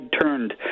turned